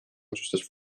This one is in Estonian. otsustas